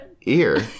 ear